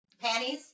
panties